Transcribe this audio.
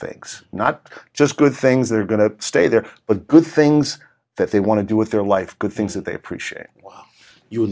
things not just good things that are going to stay there but good things that they want to do with their life good things that they appreciate